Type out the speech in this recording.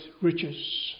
riches